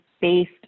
based